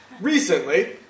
Recently